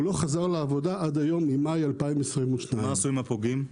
הוא לא חזר לעבודה עד היום ממאי 2022. מה עשו עם הפוגעים?